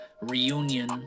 reunion